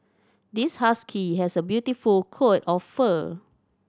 this husky has a beautiful coat of fur